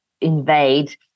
invade